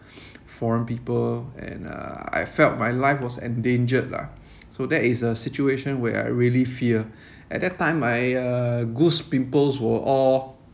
foreign people and uh I felt my life was endangered lah so that is a situation where I really fear at that time my uh goose pimples were all